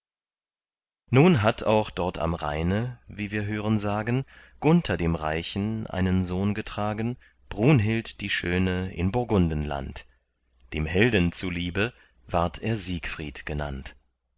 nun hatt auch dort am rheine wie wir hören sagen gunther dem reichen einen sohn getragen brunhild die schöne in burgundenland dem helden zuliebe ward er siegfried genannt